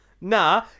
Nah